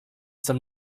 some